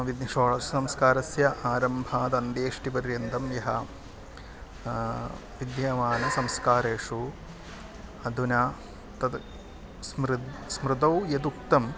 विद्मि षोडष संस्कारस्य आरम्भादन्तेष्टिपर्यन्तं यः विद्यमानसंस्कारेषु अधुना तद् स्मृतिः स्मृतौ यदुक्तं